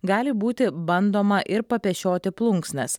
gali būti bandoma ir papešioti plunksnas